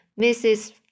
Mrs